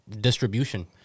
distribution